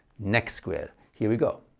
next square. here we go,